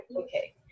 Okay